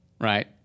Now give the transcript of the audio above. Right